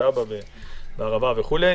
בטאבה ובערבה וכולי.